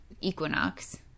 equinox